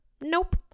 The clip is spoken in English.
nope